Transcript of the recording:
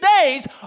days